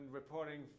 reporting